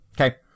Okay